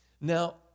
Now